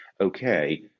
Okay